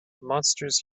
monsters